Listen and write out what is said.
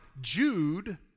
Jude